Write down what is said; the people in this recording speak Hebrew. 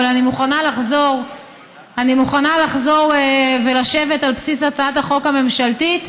אבל אני מוכנה לחזור ולשבת על בסיס הצעת החוק הממשלתית,